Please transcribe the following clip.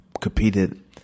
competed